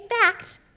fact